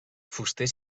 fuster